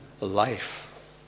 life